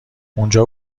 اونجا